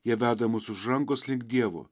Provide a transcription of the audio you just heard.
jie veda mus už rankos lyg dievo